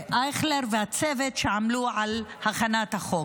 חבר הכנסת אייכלר ולצוות שעמלו על הצעת החוק.